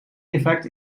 effect